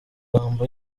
magambo